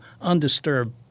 undisturbed